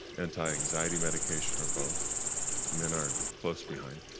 anti-anxiety medication, or both men are close behind.